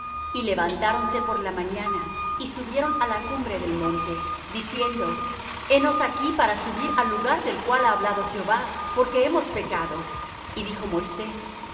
y levantáronse por la mañana y subieron á la cumbre del monte diciendo henos aquí para subir al lugar del cual ha hablado jehová porque hemos pecado y dijo moisés